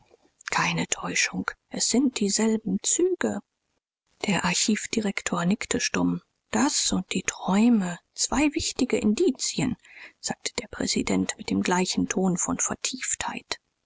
keine täuschung es sind dieselben züge der archivdirektor nickte stumm das und die träume zwei wichtige indizien sagte der präsident mit dem gleichen ton von